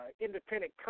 independent